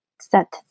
set